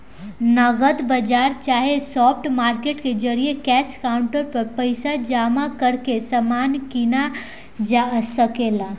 नगद बाजार चाहे स्पॉट मार्केट के जरिये कैश काउंटर पर पइसा जमा करके समान के कीना सके ला